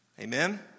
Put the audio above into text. Amen